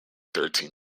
thirteen